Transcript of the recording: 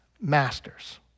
masters